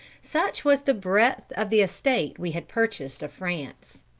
such was the breadth of the estate we had purchased of france.